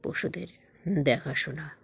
পশুদের দেখাশোনা